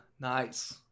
Nice